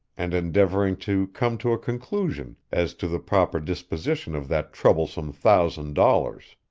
and endeavoring to come to a conclusion as to the proper disposition of that troublesome thousand dollars.